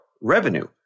revenue